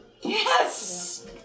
Yes